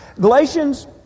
Galatians